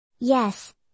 Yes